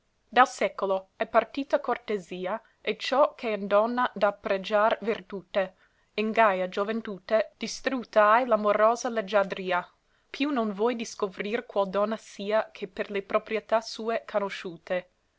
dal secolo hai partita cortesia e ciò ch'è in donna da pregiar vertute in gaia gioventute distrutta hai l'amorosa leggiadria più non vòi discovrir qual donna sia che per le propietà sue canosciute